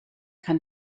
kann